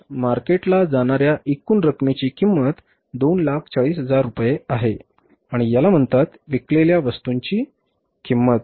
तर मार्केटला जाणार्या एकूण रकमेची किंमत 240000 रुपये आहे आणि याला म्हणतात विकलेल्या वस्तूंची किंमत